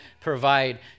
provide